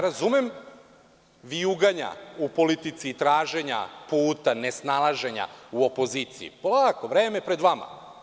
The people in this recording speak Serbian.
Razumem vijuganja u politici i traženja puta, nesnalaženja u opoziciji, polako, vreme je pred vama.